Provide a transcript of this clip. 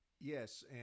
Yes